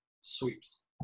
sweeps